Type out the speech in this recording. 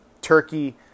turkey